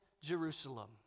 Jerusalem